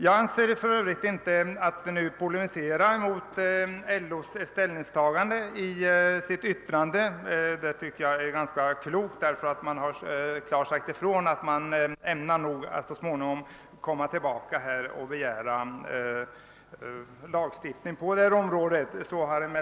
Jag tycker för övrigt att det är klokt att inte polemisera mot LO:s ställningstagande, eftersom LO — åtminstone såsom jag har tolkat yttrandet — klart har sagt ifrån att man ämnar komma tillbaka så småningom och begära lagstiftning på detta område.